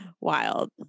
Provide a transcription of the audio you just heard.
Wild